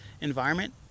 environment